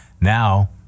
now